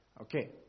Okay